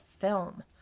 film